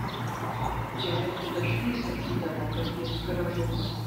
džeremiui dažnai sakydavo kad jis gražus